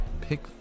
pick